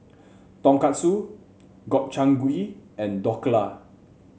Tonkatsu Gobchang Gui and Dhokla